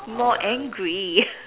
more angry